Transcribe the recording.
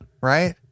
right